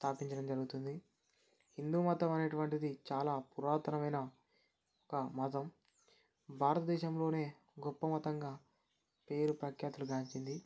స్థాపించడం జరుగుతుంది హిందూ మతం అనేటువంటిది చాలా పురాతనమైన ఒక మతం భారతదేశంలోనే గొప్ప మతంగా పేరు ప్రఖ్యాతలు గాంచింది